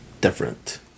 different